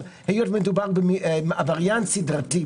אבל מאחר שמדובר בעבריין סדרתי,